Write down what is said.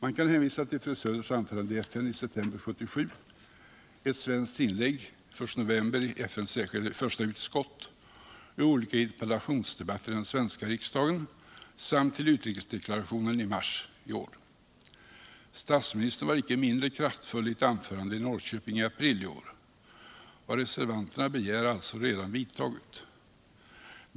Man kan hänvisa till fru Söders anförande i FN i september 1977, ett svenskt inlägg den I november i FN:s första utskott, till olika interpellationsdebatter i den svenska riksdagen samt till utrikesdeklarationen i mars It år. Statsministern var icke mindre kraftfull i et anförande i Norrköping i april i år. Vad reservanterna begär är alltså redan vidtaget.